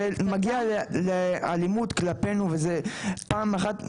זה מגיע לאלימות כלפינו וזה פעם אחת,